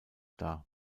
dar